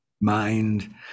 mind